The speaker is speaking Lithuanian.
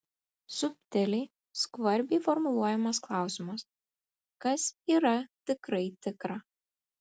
subtiliai skvarbiai formuluojamas klausimas kas yra tikrai tikra